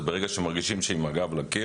זה ברגע שהם מרגישים שהם עם הגב לקיר,